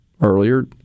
earlier